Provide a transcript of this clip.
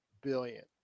billion